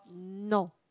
no